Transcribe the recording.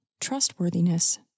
trustworthiness